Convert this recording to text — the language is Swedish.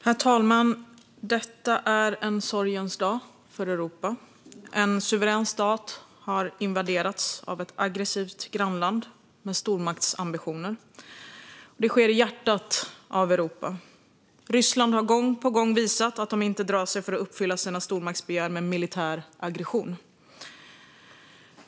Herr talman! Detta är en sorgens dag för Europa. En suverän stat har invaderats av ett aggressivt grannland med stormaktsambitioner, och det sker i hjärtat av Europa. Ryssland har gång på gång visat att man inte drar sig för att uppfylla sina stormaktsbegär genom militär aggression.